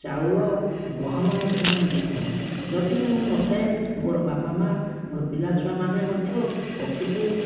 ଚାଉଳ ଗହମ ମଧ୍ୟ ଆମେ ଦେଇଥାଉ ଯଦି ବି ମୁଁ ନଥାଏ ମୋର ବାପା ମାଆ ମୋର ପିଲାଛୁଆମାନେ ମଧ୍ୟ ପକ୍ଷୀକୁ